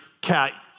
cat